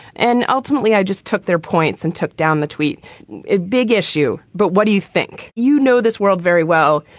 and ultimately, i just took their points and took down the tweet. a big issue. but what do you think? you know this world very well.